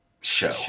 show